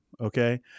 Okay